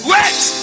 Wait